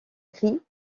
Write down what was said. cri